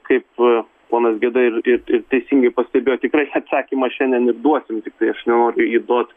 kaip ponas geda ir ir ir teisingai pastebėjo tikrai atsakymą šiandien ir duosim tiktai aš nenoriu jį duot